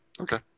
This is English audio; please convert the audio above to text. Okay